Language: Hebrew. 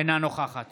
אינה נוכחת